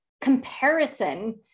comparison